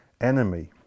enemy